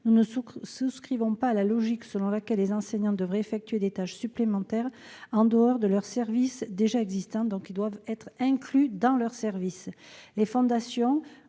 Nous ne souscrivons pas à la logique selon laquelle les enseignants devraient effectuer des tâches supplémentaires en dehors de leur service déjà existant. Le soutien doit donc être inclus dans leur service. Les fondations,